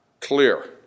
clear